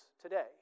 today